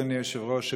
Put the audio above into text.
אדוני היושב-ראש,